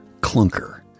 clunker